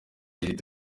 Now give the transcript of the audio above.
yasinye